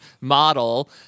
model